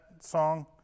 song